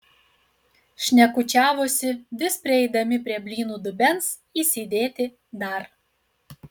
šnekučiavosi vis prieidami prie blynų dubens įsidėti dar